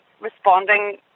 responding